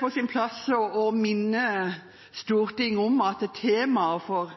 på sin plass å minne Stortinget om at temaet for